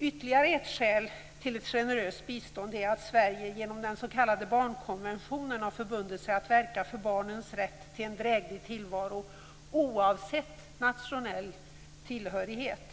Ytterligare ett skäl till ett generöst bistånd är att Sverige genom den s.k. barnkonventionen har förbundit sig att verka för barnens rätt till en dräglig tillvaro oavsett nationell tillhörighet.